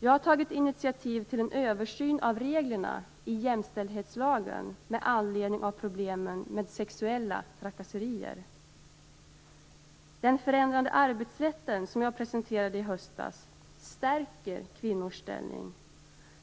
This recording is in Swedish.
Jag har tagit initiativ till en översyn av reglerna i jämställdhetslagen med anledning av problemen med sexuella trakasserier. Den förändrade arbetsrätten, som jag presenterade i höstas, stärker kvinnors ställning.